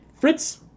Fritz